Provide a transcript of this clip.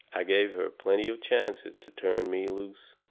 i gave her plenty of chances to turn me loose.